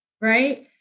right